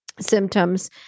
symptoms